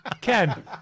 Ken